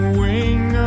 wing